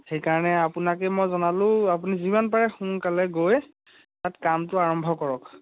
সেইকাৰণে আপোনাকে মই জনালোঁ আপুনি যিমান পাৰে সোনকালে গৈ তাত গৈ কামটো আৰম্ভ কৰক